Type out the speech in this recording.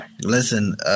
Listen